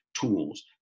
tools